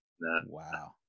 wow